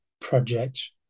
project